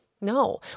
no